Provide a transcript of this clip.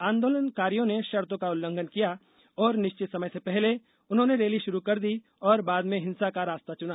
आंदोलनकारियों ने शर्तों का उल्लंघन किया और निश्चित समय से पहले उन्होंने रैली शुरू कर दी और बाद में हिंसा का रास्ता चुना